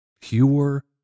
Pure